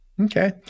Okay